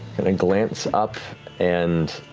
and and glance up and